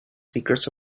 secrets